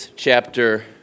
chapter